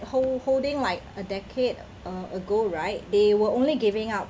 hold~ holding like a decade a~ ago right they were only giving out